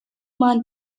مان